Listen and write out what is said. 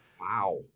wow